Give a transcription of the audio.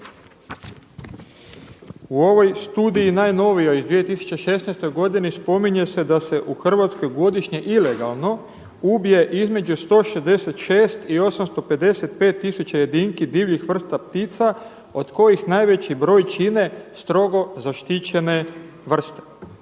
U ovoj studiji najnovijoj u 2016. godini spominje se da se u Hrvatskoj godišnje ilegalno ubije između 166 i 855 tisuća jedinki divljih vrsta ptica od kojih najveći broj čine strogo zaštićene vrste.